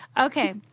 Okay